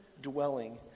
dwelling